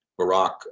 Barack